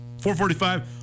4.45